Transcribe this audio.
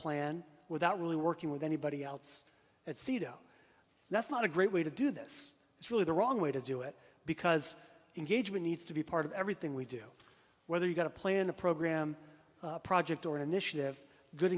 plan without really working with anybody else at sido that's not a great way to do this it's really the wrong way to do it because engagement needs to be part of everything we do whether you've got a plan a program project or an initiative good